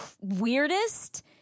weirdest